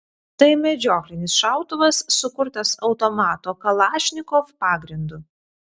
tai medžioklinis šautuvas sukurtas automato kalašnikov pagrindu